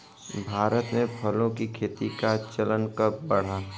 भारत में फलों की खेती का चलन कब बढ़ा?